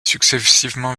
successivement